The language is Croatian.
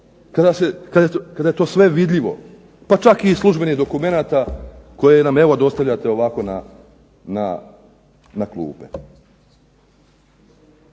kada je to sve vidljivo pa čak i iz službenih dokumenata koje nam evo dostavljate ovako na klupe.